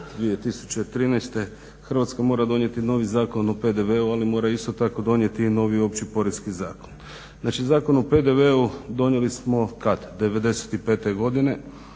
1.7.2013. Hrvatska mora donijeti novi Zakon o PDV-u ali isto tako mora donijeti i novi opći poreski zakon. Znači Zakon o PDV-u donijeli smo kad? '95.godine,